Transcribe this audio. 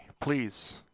please